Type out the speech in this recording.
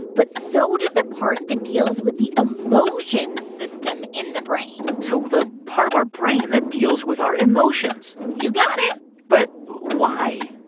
but so did the part that deals with the emotion system in the brain so the part of our brain that deals with our emotions you got it but why?